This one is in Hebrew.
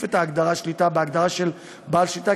את ההגדרה "שליטה" בהגדרה של "בעל שליטה",